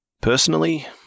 Personally